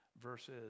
verses